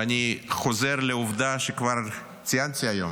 ואני חוזר לעובדה שכבר ציינתי היום: